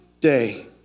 day